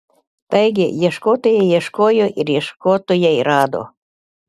taigi ieškotojai ieškojo ir ieškotojai rado